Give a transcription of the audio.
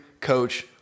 Coach